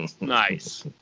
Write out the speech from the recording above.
Nice